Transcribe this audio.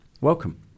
Welcome